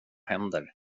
händer